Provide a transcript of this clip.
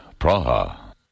Praha